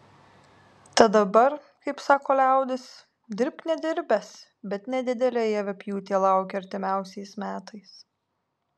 tad dabar kaip sako liaudis dirbk nedirbęs bet nedidelė javapjūtė laukia artimiausiais metais